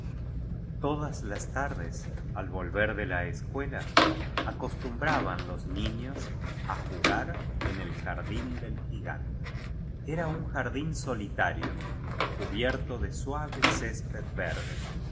todas las tardes al volver de la eacuela acostumbraban los niños á jugar en el jardín del gigante era un gran jardín solitario cubierto de suave césped verde